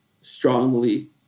strongly